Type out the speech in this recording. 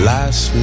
Last